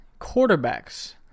quarterbacks